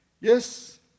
Yes